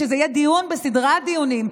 שיהיה דיון וסדרת דיונים,